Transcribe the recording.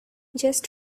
just